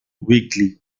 weekly